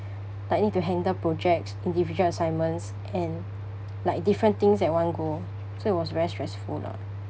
like need to handle projects individual assignments and like different things at one go so it was very stressful lah